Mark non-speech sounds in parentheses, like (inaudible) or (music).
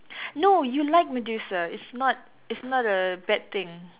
(breath) no you like Medusa it's not it's not a bad thing